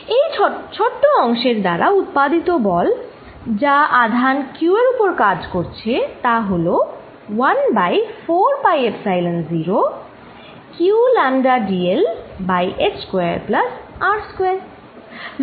এই ছোট অংশের দ্বারা উৎপাদিত বল যা আধান q এর উপর কাজ করছে তা হল 1 বাই4 পাই এফসাইলন0 q λdl by h square plus R square